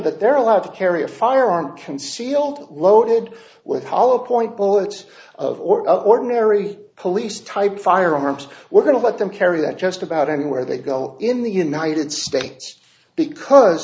that they're allowed to carry a firearm concealed loaded with hollow point bullets of or ordinary police type firearms we're going to let them carry that just about anywhere they go in the united states because